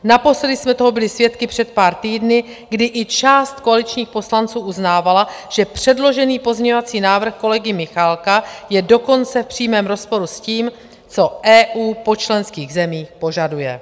Naposledy jsme toho byli svědky před pár týdny, kdy i část koaličních poslanců uznávala, že předložený pozměňovací návrh kolegy Michálka je dokonce v přímém rozporu s tím, co EU po členských zemích požaduje.